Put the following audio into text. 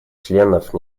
членов